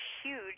huge